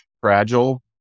fragile